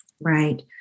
Right